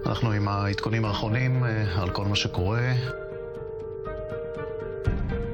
ישיבה זו